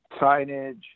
signage